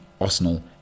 Arsenal